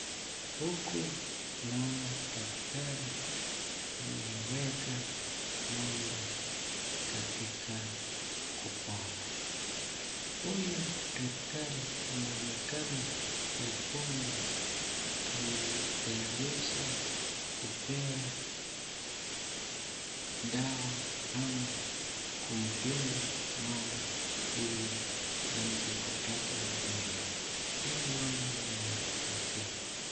Huku naona daktari ameiweka ngombe katika kubonda, huyu daktari inaonekana ya kwamba anaitayarisha kuipea dawa ama kumdunga ngombe ili aweze kupata mimba, hii ngombe ni ya maziwa.